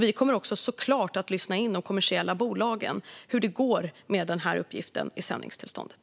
Vi kommer såklart också att lyssna in de kommersiella bolagen när det gäller hur det går med den här uppgiften i sändningstillståndet.